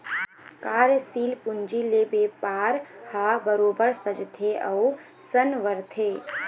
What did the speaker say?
कार्यसील पूंजी ले बेपार ह बरोबर सजथे अउ संवरथे